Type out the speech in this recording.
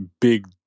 Big